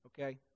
Okay